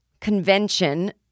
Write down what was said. convention